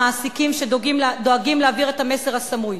המעסיקים שדואגים להעביר את המסר הסמוי.